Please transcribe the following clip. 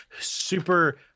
super